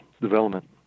development